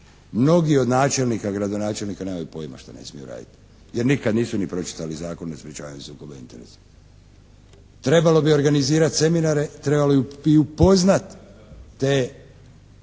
Mnogi od načelnika, gradonačelnika nemaju pojma što ne smiju raditi. Jer nikad nisu ni pročitali Zakon o sprečavanju sukoba interesa. Trebalo bi organizirati seminare, trebali bi upoznati te